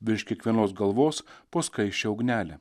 virš kiekvienos galvos po skaisčią ugnelę